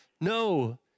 No